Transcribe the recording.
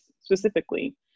specifically